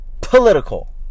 political